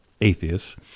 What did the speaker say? atheists